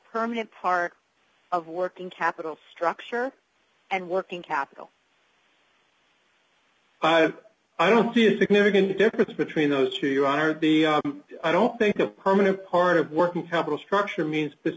permanent part of working capital structure and working capital i don't see a significant difference between those two are the i don't think a permanent part of working capital structure means this